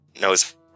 knows